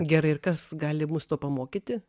gerai ir kas gali mus to pamokyti